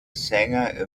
sänger